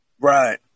Right